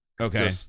Okay